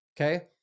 Okay